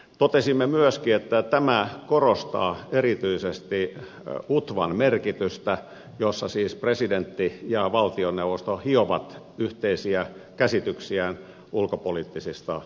totesimme myöskin että tämä korostaa erityisesti utvan merkitystä jossa siis presidentti ja valtioneuvosto hiovat yhteisiä käsityksiään ulkopoliittisista kysymyksistä